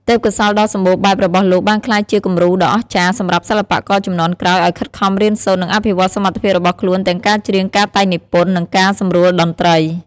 ទេពកោសល្យដ៏សម្បូរបែបរបស់លោកបានក្លាយជា គំរូដ៏អស្ចារ្យ សម្រាប់សិល្បករជំនាន់ក្រោយឱ្យខិតខំរៀនសូត្រ និងអភិវឌ្ឍសមត្ថភាពរបស់ខ្លួនទាំងការច្រៀង ការតែងនិពន្ធ និងការសម្រួលតន្ត្រី ។